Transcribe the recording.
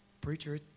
Preacher